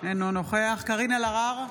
אינו נוכח קארין אלהרר,